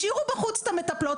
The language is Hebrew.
השאירו בחוץ את המטפלות.